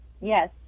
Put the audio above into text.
Yes